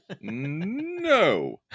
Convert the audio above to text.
No